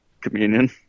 communion